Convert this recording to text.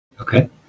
Okay